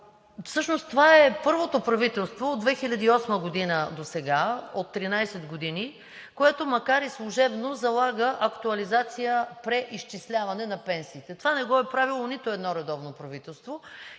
Всъщност това е първото правителство от 2008 г. досега – от 13 години, което, макар и служебно, залага в актуализацията преизчисляване на пенсиите. Това не го е правило нито едно редовно правителство